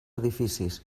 edificis